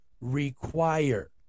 require